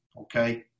okay